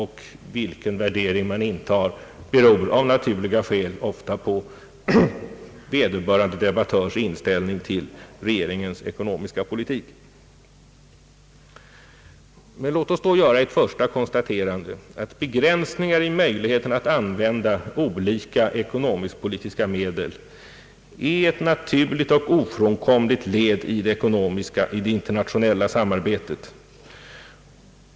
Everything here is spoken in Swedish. Vilken värdering man gör beror av naturliga skäl ofta på vederbörande debattörs inställning till regeringens ekonomiska politik. Låt oss för det första konstatera att begränsningar i möjligheten att använda olika ekonomisk-politiska medel är ett naturligt och ofrånkomligt led i det internationella samarbetet.